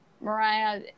Mariah